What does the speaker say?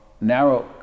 narrow